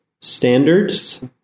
standards